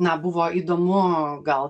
na buvo įdomu gal